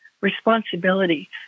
responsibility